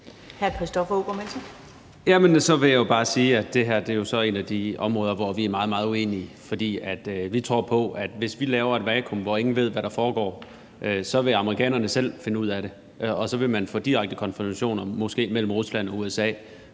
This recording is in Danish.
jeg vil bare sige, at det her jo så er et af de områder, hvor vi er meget, meget uenige, for vi tror på, at hvis vi laver et vakuum, hvor ingen ved, hvad der foregår, vil amerikanerne selv finde ud af det, og så vil man få direkte konfrontationer måske mellem Rusland og USA,